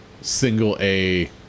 single-A